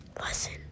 lesson